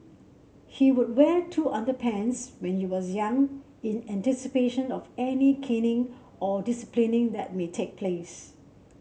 he would wear two underpants when you was young in anticipation of any caning or that may take place